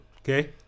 okay